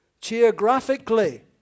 geographically